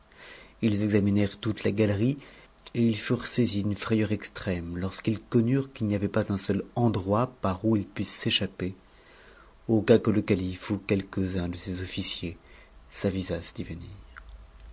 ils examinèrent toute la galerie et ils furent saisis d'une frayeur extrême lorsqu'ils connurent qu'il n'y avait pas un seul endroit par où ils pussent s'échapper au cas que le calife ou quelques-uns de ses officiers s avisassent d'y venir